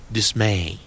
Dismay